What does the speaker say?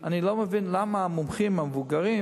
אני לא מבין למה המומחים המבוגרים